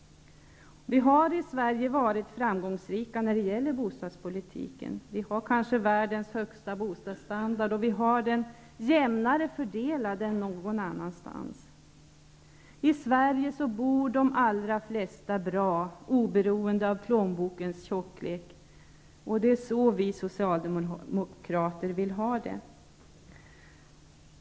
Vi har i Sverige varit framgångsrika när det gäller bostadspolitiken. Vi har kanske världens högsta bostadsstandard, och vi har en jämnare fördelning av bostadsbeståndet än något annat land. I Sverige bor de allra flesta bra oberoende av plånbokens tjocklek, och det är så vi socialdemokrater vill ha det.